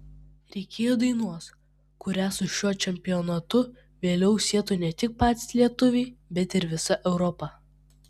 reikėjo dainos kurią su šiuo čempionatu vėliau sietų ne tik patys lietuviai bet ir visa europa